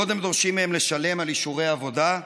קודם דורשים מהם לשלם על אישורי עבודה,